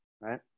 right